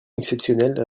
exceptionnelle